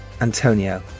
antonio